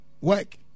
work